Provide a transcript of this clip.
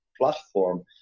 platform